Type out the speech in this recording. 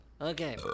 Okay